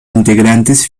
integrantes